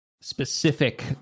specific